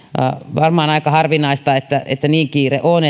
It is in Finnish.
varmaan aika harvinaista että että niin kiire on